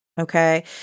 Okay